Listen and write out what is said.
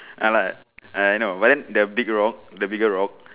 I like I know but then the big rock the bigger rock